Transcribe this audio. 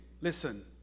listen